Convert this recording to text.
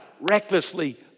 recklessly